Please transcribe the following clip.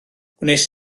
gwnes